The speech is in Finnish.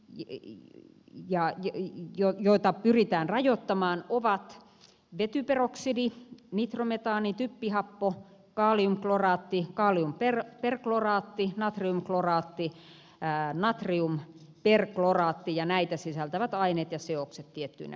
viki ja joi noita pyritään rajoittamaan ovat vetyperoksidi nitrometaani typpihappo kaliumkloraatti kaliumperkloraatti natriumkloraatti natriumperkloraatti ja näitä sisältävät aineet ja seokset tiettyinä pitoisuuksina